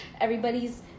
everybody's